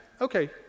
Okay